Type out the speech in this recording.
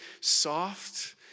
soft